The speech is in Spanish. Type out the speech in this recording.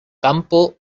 campo